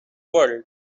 world